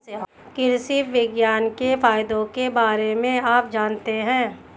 कृषि विज्ञान के फायदों के बारे में आप जानते हैं?